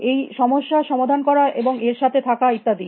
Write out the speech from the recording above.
এই সমস্যা সমাধান করা এবং এর সাথে থাকা ইত্যাদি